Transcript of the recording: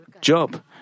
Job